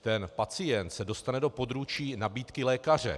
Ten pacient se dostane do područí nabídky lékaře.